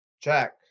Check